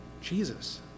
Jesus